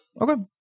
Okay